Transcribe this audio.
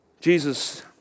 Jesus